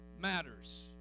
matters